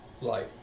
life